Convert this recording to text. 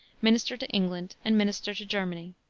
minister to england, and minister to germany.